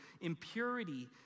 impurity